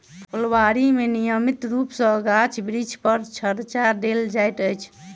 फूलबाड़ी मे नियमित रूप सॅ गाछ बिरिछ पर छङच्चा देल जाइत छै